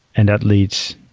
and that leads,